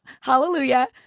hallelujah